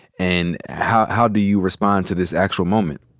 and how how do you respond to this actual moment?